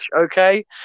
okay